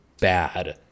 bad